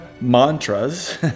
Mantras